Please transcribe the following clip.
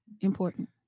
important